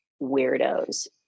weirdos